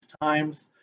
times